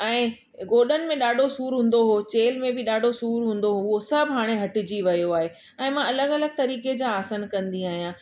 ऐं गोॾनि में ॾाढो सूर हूंदो हुओ चेल में बि सूर हूंदो हुओ उहो सभु हाणे हटिजी वियो आहे ऐं मां अलॻि अलॻि तरीक़े जा आसन कंदी आहियां